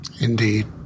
Indeed